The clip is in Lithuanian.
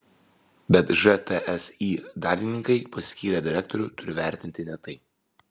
bet žtsi dalininkai paskyrę direktorių turi vertinti ne tai